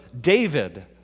David